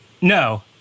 No